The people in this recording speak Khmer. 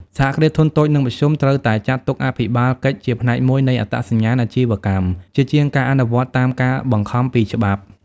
សហគ្រាសធុនតូច និងមធ្យម ត្រូវតែចាត់ទុកអភិបាលកិច្ចជាផ្នែកមួយនៃ "អត្តសញ្ញាណអាជីវកម្ម" ជាជាងការអនុវត្តតាមការបង្ខំពីច្បាប់។